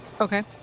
Okay